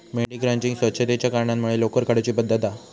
मेंढी क्रचिंग स्वच्छतेच्या कारणांमुळे लोकर काढुची पद्धत हा